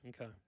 Okay